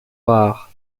rares